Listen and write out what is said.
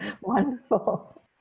Wonderful